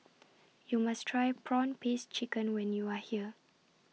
YOU must Try Prawn Paste Chicken when YOU Are here